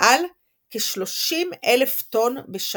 על כ-30,000 טון בשנה.